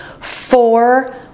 four